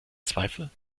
zweifel